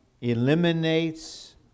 eliminates